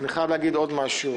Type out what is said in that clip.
אני חייב להגיד עוד משהו.